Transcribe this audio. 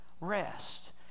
rest